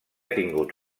tingut